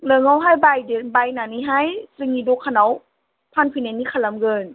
नोंनावहाय बायदों बायनानैहाय जोंनि दखानआव फानफैनायनि खालामगोन